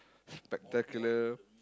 spectacular